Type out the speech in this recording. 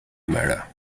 mirror